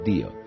Dio